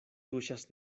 tuŝas